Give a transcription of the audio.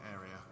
area